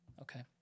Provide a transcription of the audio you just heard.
Okay